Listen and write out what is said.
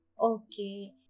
Okay